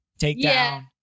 takedown